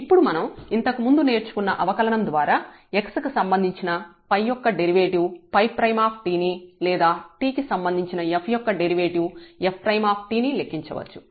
ఇప్పుడు మనం ఇంతకు ముందు నేర్చుకున్న అవకలనం ద్వారా t కి సంబంధించిన 𝜙 యొక్క డెరివేటివ్ 𝜙 ని లేదా t కి సంబంధించిన f యొక్క డెరివేటివ్ f ని లెక్కించవచ్చు